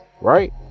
right